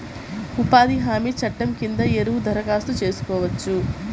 ఉపాధి హామీ చట్టం కింద ఎవరు దరఖాస్తు చేసుకోవచ్చు?